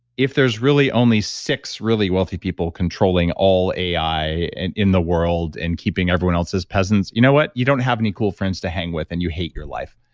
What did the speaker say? if there's really only six really wealthy people controlling all ai and in the world and keeping everyone else's peasants, you know what, you don't have any cool friends to hang with and you hate your life.